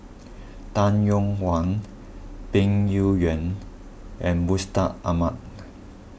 Tay Yong Kwang Peng Yuyun and Mustaq Ahmad